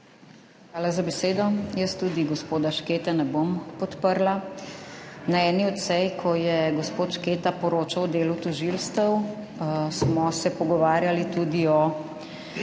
Hvala za besedo. Jaz tudi gospoda Škete ne bom podprla. Na eni od sej, ko je gospod Šketa poročal o delu tožilstev, smo se pogovarjali tudi o